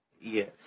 Yes